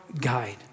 guide